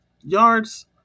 yards